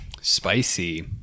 Spicy